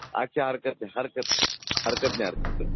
अच्छा हरकत नाही हरकत हरकत नाही हरकत नाही